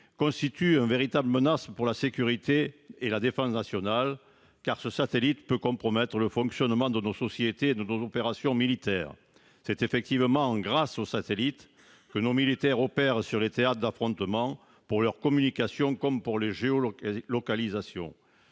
constitue une véritable menace pour la sécurité et la défense nationale, car ce satellite peut compromettre le fonctionnement de nos sociétés et de nos opérations militaires. C'est bien grâce aux satellites que nos militaires opèrent sur les théâtres d'affrontement, pour leur communication comme pour leur géolocalisation.